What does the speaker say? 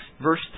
verse